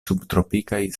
subtropikaj